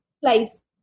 place